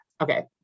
okay